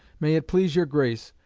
may it please your grace,